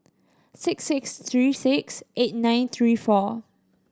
six six three six eight nine three four